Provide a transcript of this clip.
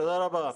תודה רבה.